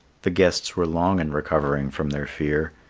the guests were long in recovering from their fear,